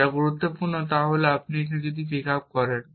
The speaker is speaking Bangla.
যা গুরুত্বপূর্ণ তা হল আপনি যদি পিক আপ করেন